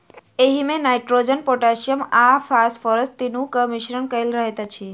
एहिमे nitrogen, potassium आ phosphorus तीनूक मिश्रण कएल रहैत अछि